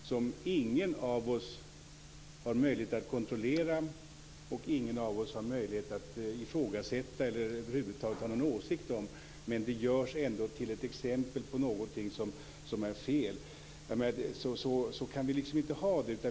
Fru talman! Det är ofta så i riksdagsdebatterna att man tar fram enskilda exempel som ingen av oss har möjlighet att kontrollera. Vi har inte heller någon möjlighet att ifrågasätta eller över huvud taget ha någon åsikt om dessa exempel. Men de görs ändå till ett exempel på någonting som är fel. Så kan vi inte ha det.